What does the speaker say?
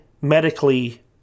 medically